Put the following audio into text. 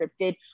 scripted